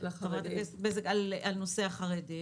חברת הכנסת בזק, בנושא החרדים